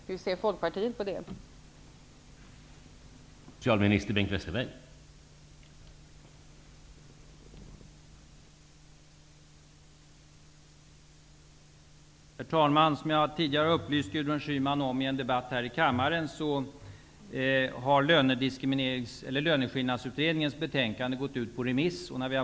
Hur ser Folkpartiet på det uttalandet?